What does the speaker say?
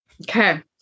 Okay